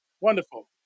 Wonderful